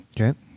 Okay